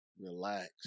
Relax